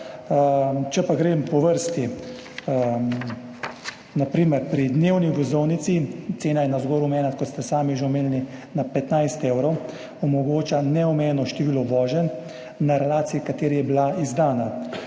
Če pa grem po vrsti. Na primer pri dnevni vozovnici, cena je navzgor omejena, kot ste sami že omenili, na 15 evrov, omogoča neomejeno število voženj na relaciji, na kateri je bila izdana.